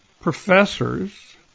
professors